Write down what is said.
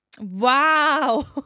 Wow